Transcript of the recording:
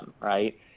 right